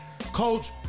coach